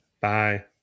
Bye